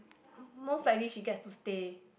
most likely she gets to stay